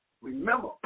remember